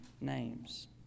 names